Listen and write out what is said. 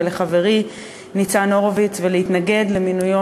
ולחברי ניצן הורוביץ ולהתנגד למינויו